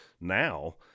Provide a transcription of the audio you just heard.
now